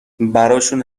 براشون